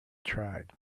tried